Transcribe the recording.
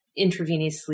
intravenously